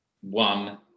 One